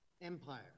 Empire